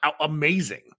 amazing